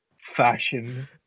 fashion